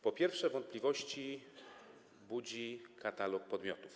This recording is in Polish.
Po pierwsze, wątpliwości budzi katalog podmiotów.